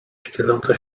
ścieląca